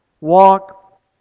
walk